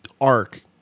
arc